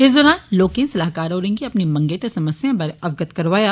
इस दौरान लोकें सलाहकार होरें गी अपनी मंगें ते समस्याएं बारे अवगत करोआया